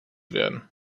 werden